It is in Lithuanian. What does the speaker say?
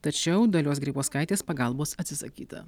tačiau dalios grybauskaitės pagalbos atsisakyta